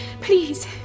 Please